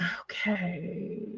Okay